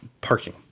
parking